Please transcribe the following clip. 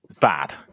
bad